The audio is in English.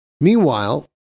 Meanwhile